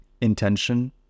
Intention